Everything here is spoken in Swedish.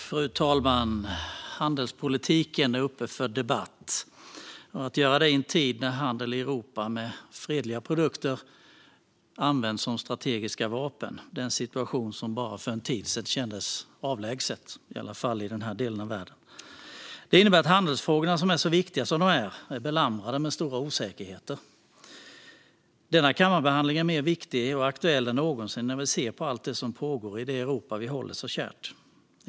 Fru talman! Handelspolitiken är uppe för debatt. Att debattera handelspolitik i en tid när handel i Europa med fredliga produkter används som ett strategiskt vapen är en situation som bara för en tid sedan kändes avlägsen, i alla fall i den här delen av världen. Det innebär att handelsfrågorna, så viktiga de är, är belamrade med stora osäkerheter. Denna kammarbehandling är mer viktig och aktuell än någonsin, när vi ser på allt det som pågår i det Europa vi håller så kärt.